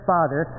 Father